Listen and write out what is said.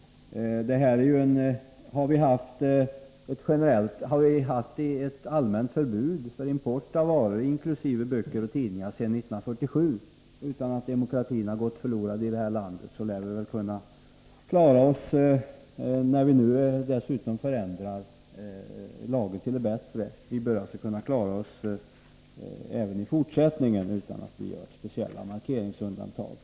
Vi har haft ett allmänt förbud mot import av varor, inkl. böcker och tidningar, sedan 1947 utan att demokratin i detta land har gått förlorad. När vi nu dessutom förändrar lagen till det bättre bör det kunna klaras även i fortsättningen utan att göra speciella markeringsundantag.